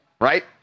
right